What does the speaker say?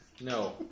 No